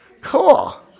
Cool